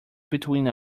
between